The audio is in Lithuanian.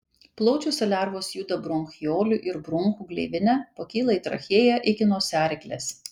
plaučiuose lervos juda bronchiolių ir bronchų gleivine pakyla į trachėją iki nosiaryklės